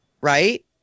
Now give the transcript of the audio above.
Right